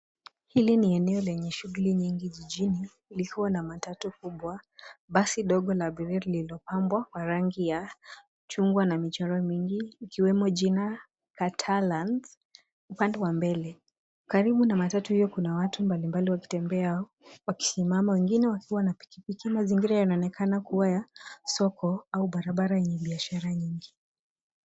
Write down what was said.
Hili ni eneo lenye shughuli nyingi jijini likiwa na matatu kubwa, basi dogo la abiria lililopambwa kwa rangi ya chungwa na michoro mingi ikiwemo jina Catalans upande wa mbele. Karibu na matatu hiyo kuna watu mbalimbali wakitembea au wakisimama wengine wakiwa na pikipiki. Mazingira yanaonekana kuwa ya soko au barabara yenye biashara nyingi.